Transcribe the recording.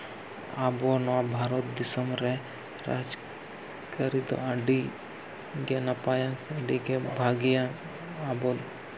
ᱟᱵᱚ ᱱᱚᱣᱟ ᱵᱷᱟᱨᱚᱛ ᱫᱤᱥᱚᱢ ᱨᱮ ᱨᱟᱡᱽᱟᱹᱨᱤ ᱫᱚ ᱟᱹᱰᱤ ᱜᱮ ᱱᱟᱯᱟᱭᱟ ᱥᱮ ᱟᱹᱰᱤᱜᱮ ᱵᱷᱟᱹᱜᱤᱭᱟ ᱟᱵᱚ